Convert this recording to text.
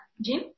Jim